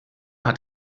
hat